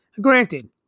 Granted